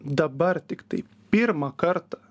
dabar tiktai pirmą kartą